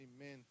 Amen